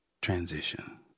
transition